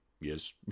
Yes